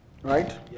Right